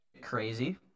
crazy